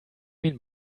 mean